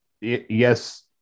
yes